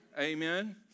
Amen